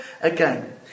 again